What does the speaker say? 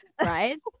Right